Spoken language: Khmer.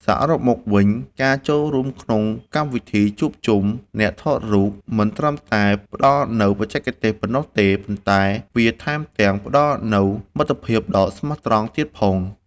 សរុបមកវិញការចូលរួមក្នុងកម្មវិធីជួបជុំអ្នកថតរូបមិនត្រឹមតែផ្តល់នូវបច្ចេកទេសប៉ុណ្ណោះទេ ប៉ុន្តែ វាថែមទាំងផ្តល់នូវមិត្តភាពដ៏ស្មោះត្រង់ទៀតផង។